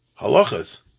halachas